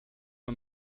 man